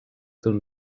toen